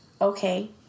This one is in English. okay